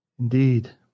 Indeed